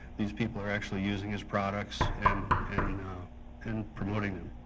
these people are actually using his products and and and promoting them.